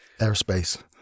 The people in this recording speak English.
airspace